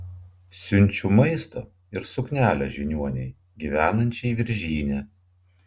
siunčiu maisto ir suknelę žiniuonei gyvenančiai viržyne